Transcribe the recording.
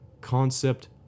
concept